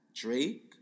Drake